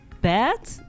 bad